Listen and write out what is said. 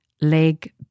leg